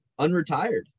unretired